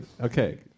Okay